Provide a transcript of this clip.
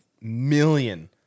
million